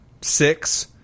six